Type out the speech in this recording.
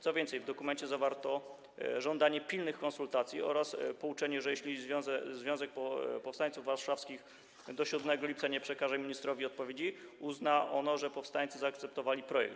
Co więcej, w dokumencie zawarto żądanie pilnych konsultacji oraz pouczenie, że jeśli Związek Powstańców Warszawskich do 7 lipca nie przekaże ministerstwu odpowiedzi, uzna ono, że powstańcy zaakceptowali projekt.